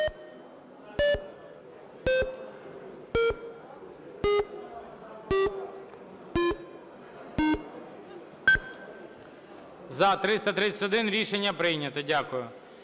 За-331 Рішення прийнято. Дякую.